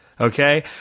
Okay